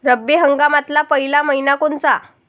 रब्बी हंगामातला पयला मइना कोनता?